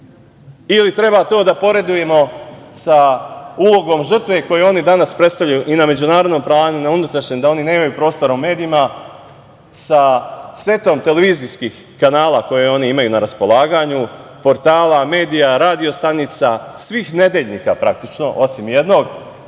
Ili, treba to da poredimo sa ulogom žrtve koju oni danas predstavljaju i na međunarodnom planu, na unutrašnjem, da oni nemaju prostora u medijima sa setom televizijskih kanala koje oni imaju na raspolaganju, portala, medija, radio stanica, svih nedeljnika praktično osim jednog,